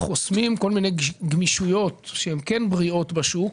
חוסמים כל מיני גמישויות, שהן כן בריאות בשוק,